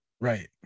Right